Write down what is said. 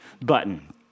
button